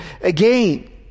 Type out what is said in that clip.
again